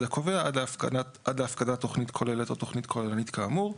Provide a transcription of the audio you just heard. הקובע עד להפקדת תוכנית כוללת או תוכנית כוללנית כאמור.